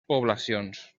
poblacions